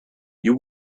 you